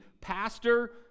pastor